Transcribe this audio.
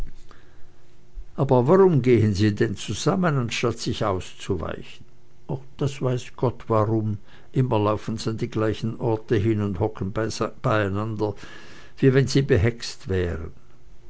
aber warum gehen sie denn zusammen anstatt sich auszuweichen das weiß gott warum immer laufen's an die gleichen orte hin und hocken beieinander wie wenn sie behext wären